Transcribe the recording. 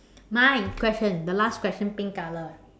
my question the last question pink color